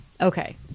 Okay